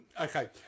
Okay